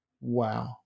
wow